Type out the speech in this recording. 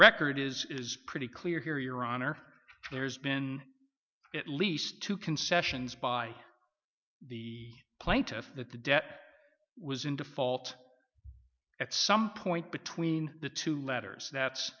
record is pretty clear here your honor there's been at least two concessions by the plaintiff that the debt was in default at some point between the two letters that's